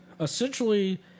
Essentially